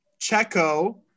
Checo-